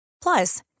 Plus